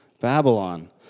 Babylon